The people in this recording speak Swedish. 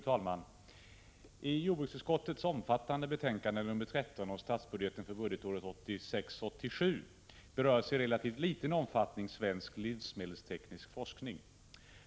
Fru talman! I jordbruksutskottets omfattande betänkande nr 13 om statsbudgeten för budgetåret 1986/87 berörs i relativt liten omfattning svensk livsmedelsteknisk forskning.